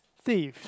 thieves